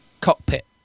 cockpit